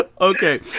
okay